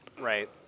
Right